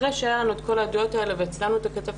אחרי שהיו לנו את כל העדויות והכנו את הכתבה,